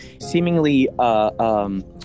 seemingly